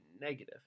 negative